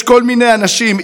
יש כל מיני אנשים,